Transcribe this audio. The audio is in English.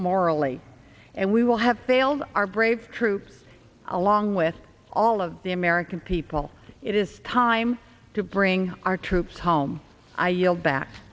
morally and we will have failed our brave troops along with all of the american people it is time to bring our troops home i yield back